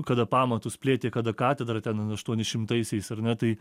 kada pamatus plėtė kada katedra ten aštuoni šimtaisiais ar ne tai